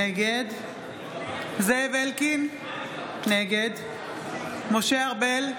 נגד זאב אלקין, נגד משה ארבל,